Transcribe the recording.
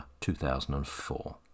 2004